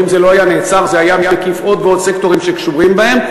ואם זה לא היה נעצר זה היה מקיף עוד ועוד סקטורים שקשורים אליהם,